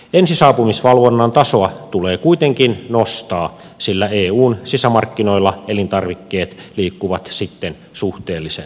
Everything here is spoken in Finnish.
ensisaapumisvalvonnan tasoa tulee kuitenkin nostaa sillä eun sisämarkkinoilla elintarvikkeet liikkuvat sitten suhteellisen vapaasti